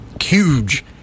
Huge